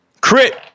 Crit